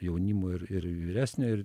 jaunimo ir ir vyresnio ir